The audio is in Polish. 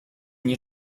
nie